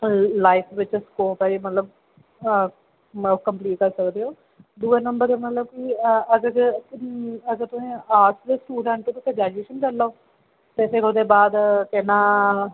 कोई लाईफ बिच स्कोप ऐ मतलब ओह् करी सकदे ओ दूआ नंबर मतलब की अगर तुस आर्टस दे स्टूडेट ओ ते ग्रेजूएशन करी लैओ ते फिर ओह्दे बाद केह् नां